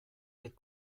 del